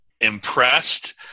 impressed